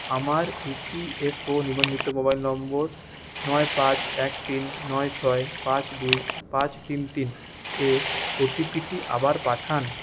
আমার ইপিএফও নিবন্ধিত মোবাইল নম্বর নয় পাঁচ এক তিন নয় ছয় পাঁচ দুই পাঁচ তিন তিনে ও টি পিটি আবার পাঠান